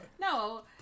no